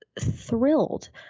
thrilled